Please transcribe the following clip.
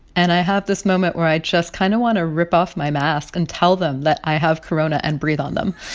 and i have this moment where i just kind of want to rip off my mask and tell them that i have corona and breathe on them